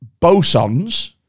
bosons